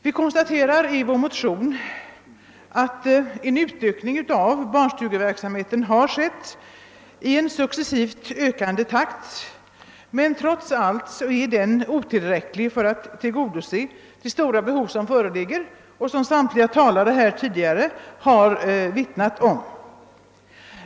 Vi konstaterar i våra motioner att en utökning av barnstugeverksamheten har skett i en successivt ökande takt, men trots detta är den otillräcklig för att tillgodose det stora behov som föreligger och som samtliga talare har vittnat om.